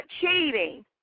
cheating